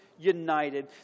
united